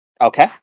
Okay